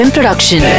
Production